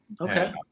okay